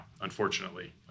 unfortunately